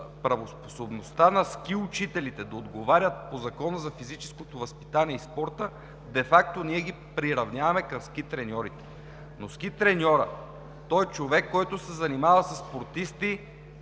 правоспособността на ски учителите да отговорят по Закона за физическото възпитание и спорта, де факто ние ги приравняваме към ски треньорите. Ски треньорът е човек, който се занимава със спортисти,